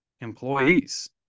employees